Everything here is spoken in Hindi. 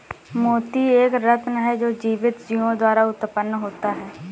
मोती एक रत्न है जो जीवित जीवों द्वारा उत्पन्न होता है